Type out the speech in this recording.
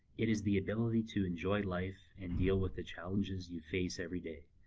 it is the ability to enjoy life and deal with the challenges you face everyday.